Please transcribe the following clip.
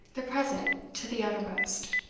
the present to the uttermost.